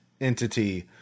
entity